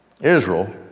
Israel